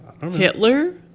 Hitler